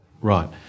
Right